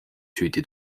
süüdi